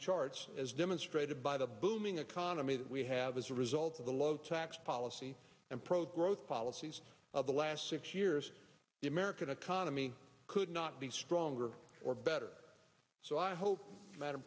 charts as demonstrated by the booming economy that we have as a result of the low tax policy and pro drove policies of the last six years the american economy could not be stronger or better so i hope madam